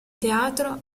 teatro